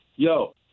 Yo